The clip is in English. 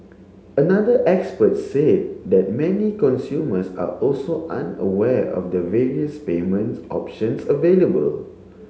another expert said that many consumers are also unaware of the various payment options available